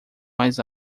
mais